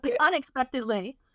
Unexpectedly